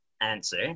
answer